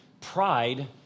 pride